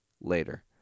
Later